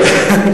לא.